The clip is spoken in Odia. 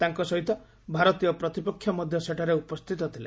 ତାଙ୍କ ସହିତ ଭାରତୀୟ ପ୍ରତିପକ୍ଷ ମଧ୍ୟ ସେଠାରେ ଉପସ୍ଥିତ ଥିଲେ